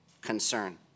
concern